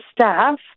staff